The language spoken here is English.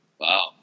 Wow